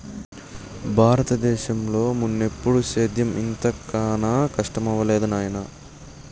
బారత దేశంలో మున్నెప్పుడూ సేద్యం ఇంత కనా కస్టమవ్వలేదు నాయనా